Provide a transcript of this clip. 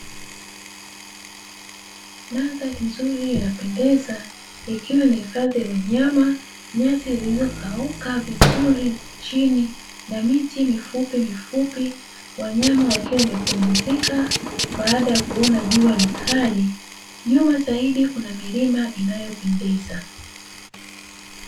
Mandhari nzuri inapendeza, ikiwa inahifadhi wanyama, nyasi zilizokauka vizuri chini na miti mifupi mifupi, wanyama wakiwa wamepumzika baada ya kuona jua ni kali nyuma zaidi kuna milima inayo pendeza.